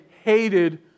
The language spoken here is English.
hated